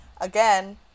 again